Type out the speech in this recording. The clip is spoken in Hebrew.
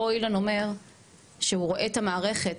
פה אילן אומר שהוא רואה את המערכת